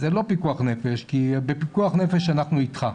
זה לא פיקוח נפש, כי בפיקוח נפש אנחנו איתך,